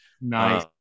Nice